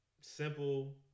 Simple